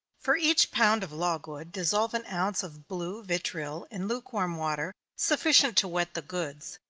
for each pound of logwood, dissolve an ounce of blue vitriol in lukewarm water sufficient to wet the goods.